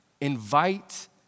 Invite